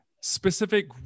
specific